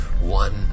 one